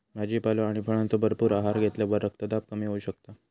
भाजीपालो आणि फळांचो भरपूर आहार घेतल्यावर रक्तदाब कमी होऊ शकता